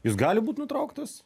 jis gali būt nutrauktas